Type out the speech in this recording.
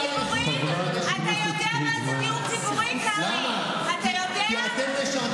תפסיק לבלבל במוח ותענה פעם אחת לעניין